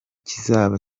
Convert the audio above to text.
kizaba